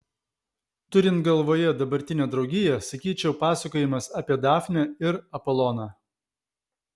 turint galvoje dabartinę draugiją sakyčiau pasakojimas apie dafnę ir apoloną